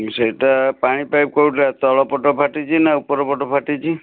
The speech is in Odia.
ସେଇଟା ପାଣି ପାଇପ୍ କେଉଁଟା ତଳ ପଟ ଫାଟିଛି ନା ଉପର ପଟ ଫାଟିଛି